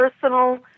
personal